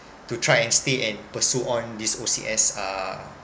to try and stay and pursue on this O_C_S uh